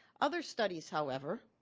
other studies, however,